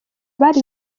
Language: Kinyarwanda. bari